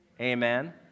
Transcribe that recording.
amen